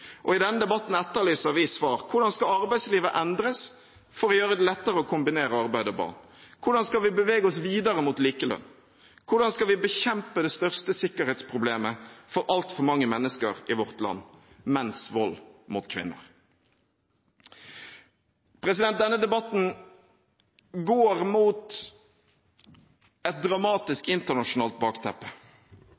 likestillingsminister? I denne debatten etterlyser vi svar: Hvordan skal arbeidslivet endres for å gjøre det lettere å kombinere arbeid og barn? Hvordan skal vi bevege oss videre mot likelønn? Hvordan skal vi bekjempe det største sikkerhetsproblemet for altfor mange mennesker i vårt land: menns vold mot kvinner? Denne debatten går mot et dramatisk